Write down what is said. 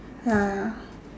ya ya